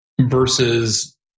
versus